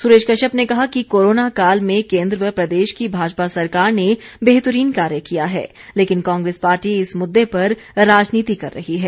सुरेश कश्यप ने कहा कि कोरोना काल में केंद्र व प्रदेश की भाजपा सरकार ने बेहतरीन कार्य किया है लेकिन कांग्रेस पार्टी इस मुददे पर राजनीति कर रही है